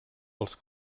als